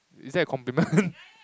is that a compliment